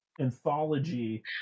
anthology